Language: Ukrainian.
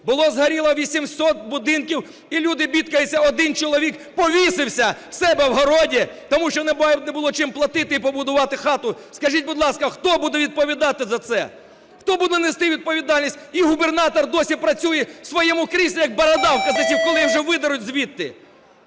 було згоріло 800 будинків, і люди бідкаються. Один чоловік повісився в себе в городі, тому що не було чим платити і побудувати хату. Скажіть, будь ласка, хто буде відповідати за це, хто буде нести відповідальність? І губернатор досі працює в своєму кріслі. Як бородавка засів! Коли вже видеруть звідти,